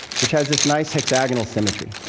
which has this nice hexagonal symmetry.